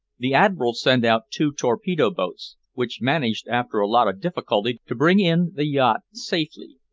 the admiral sent out two torpedo-boats, which managed after a lot of difficulty to bring in the yacht safely,